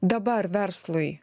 dabar verslui